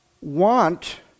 want